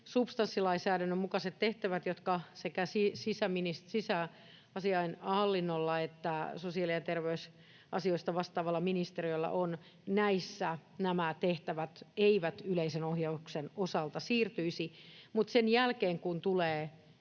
substanssilainsäädännön mukaiset tehtävät, jotka sekä sisäasiainhallinnolla että sosiaali- ja terveysasioista vastaavalla ministeriöllä on näissä, eivät yleisen ohjauksen osalta siirtyisi, mutta sen jälkeen, kun tulee